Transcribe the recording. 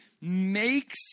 makes